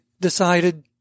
decided